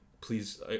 please